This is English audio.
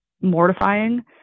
mortifying